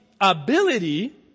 ability